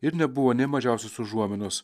ir nebuvo nė mažiausios užuominos